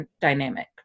dynamic